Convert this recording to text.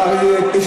יאמר,